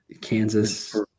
kansas